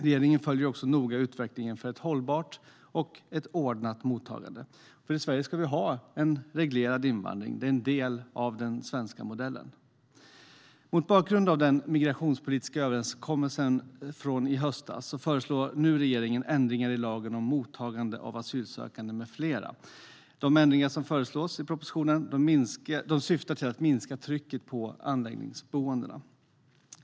Regeringen följer också noga utvecklingen för ett hållbart och ordnat mottagande, för i Sverige ska vi ha en reglerad invandring. Det är en del av den svenska modellen. Mot bakgrund av den migrationspolitiska överenskommelsen i höstas föreslår nu regeringen ändringar i Lag om mottagande av asylsökande m.fl. De ändringar som föreslås i propositionen syftar till att minska trycket på anläggningsboendena.